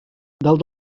dalt